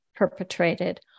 Perpetrated